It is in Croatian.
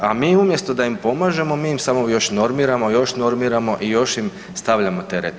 A mi umjesto da im pomažemo, mi im samo još normiramo, još normiramo i još im stavljamo terete.